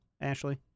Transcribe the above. Ashley